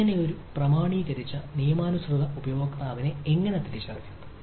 അങ്ങനെ ഒരു പ്രാമാണീകരിച്ച നിയമാനുസൃത ഉപയോക്താവിനെ എങ്ങനെ തിരിച്ചറിയാം